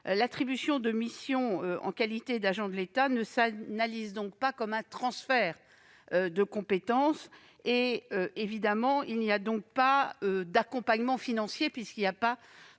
L'attribution de missions en qualité d'agent de l'État ne s'analyse pas comme un transfert de compétence ; il n'y a donc pas d'accompagnement financier. Juridiquement